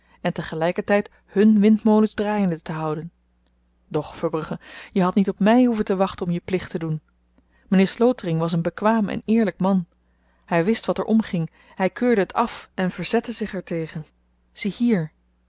en te gelyker tyd hun windmolens draaiende te houden doch verbrugge je hadt niet op my hoeven te wachten om je plicht te doen m'nheer slotering was een bekwaam en eerlyk man hy wist wat er omging hy keurde het af en verzette zich er tegen